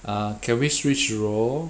uh can we switch role